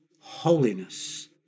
holiness